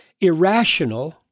irrational